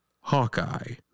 Hawkeye